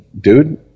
dude